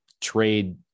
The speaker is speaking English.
trade